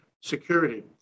security